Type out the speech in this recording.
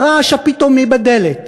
הרעש הפתאומי בדלת.